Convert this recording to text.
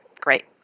great